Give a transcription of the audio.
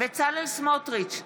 בצלאל סמוטריץ'